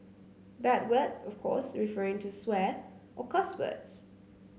bad word of course referring to swear or cuss words